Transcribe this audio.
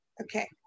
okay